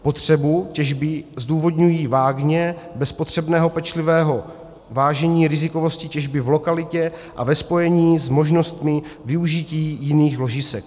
Potřebu těžby zdůvodňují vágně, bez potřebného pečlivého vážení rizikovosti těžby v lokalitě a ve spojení s možnostmi využití jiných ložisek.